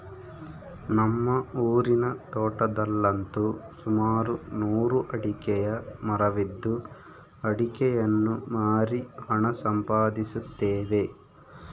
ನಮ್ಮ ಊರಿನ ತೋಟದಲ್ಲಂತು ಸುಮಾರು ನೂರು ಅಡಿಕೆಯ ಮರವಿದ್ದು ಅಡಿಕೆಯನ್ನು ಮಾರಿ ಹಣ ಸಂಪಾದಿಸುತ್ತೇವೆ